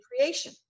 creation